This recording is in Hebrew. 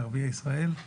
לערביי ישראל,